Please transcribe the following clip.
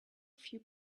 few